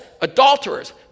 adulterers